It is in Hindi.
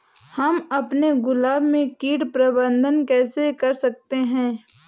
हम अपने गुलाब में कीट प्रबंधन कैसे कर सकते है?